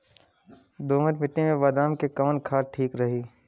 दोमट मिट्टी मे बादाम के लिए कवन खाद ठीक रही?